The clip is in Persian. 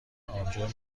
آبجو